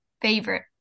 Favorite